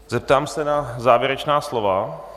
Zeptám se na závěrečná slova.